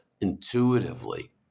intuitively